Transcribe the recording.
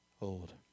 old